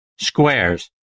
Squares